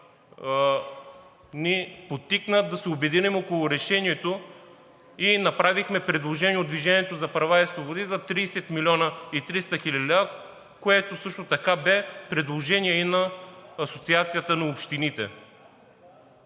ни подтикна да се обединим около решението и направихме предложение от „Движение за права и свободи“ за 30 млн. и 300 хил. лв., което също така бе предложение и на Асоциацията на общините.